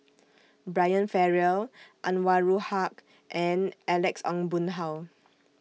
Brian Farrell Anwarul Haque and Alex Ong Boon Hau